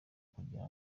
kugira